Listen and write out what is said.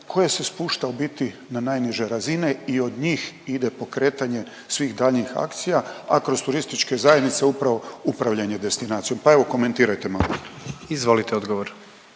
koje se spušta u biti na najniže razine i od njih ide pokretanje svih daljnjih akcija, a kroz turističke zajednice upravo upravljanje destinacijom, pa evo komentirajte malo. **Jandroković,